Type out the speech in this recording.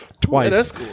Twice